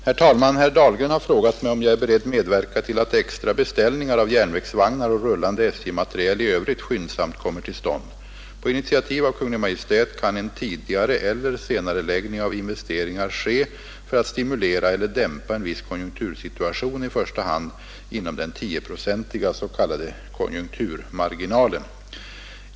Herr talman! Herr Dahlgren har frågat mig om jag är beredd medverka till att extra beställningar av järnvägsvagnar och rullande SJ-materiel i övrigt skyndsamt kommer till stånd. På initiativ av Kungl. Maj:t kan en tidigareeller senareläggning av investeringar ske för att stimulera eller dämpa en viss konjunktursituation, i första hand inom den 10-procentiga s.k. konjunkturmarginalen.